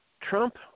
Trump